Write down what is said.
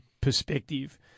perspective